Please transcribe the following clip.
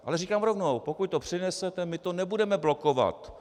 Ale říkám rovnou, pokud to přinesete, my to nebudeme blokovat.